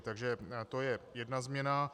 Takže to je jedna změna.